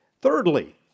Thirdly